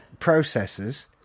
processors